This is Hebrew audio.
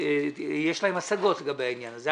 יש להם השגות לגבי העניין הזה.